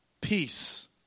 Peace